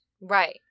Right